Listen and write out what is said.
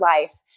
life